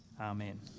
Amen